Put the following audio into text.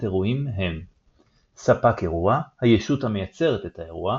אירועים הן ספק אירוע - הישות המייצרת את האירוע.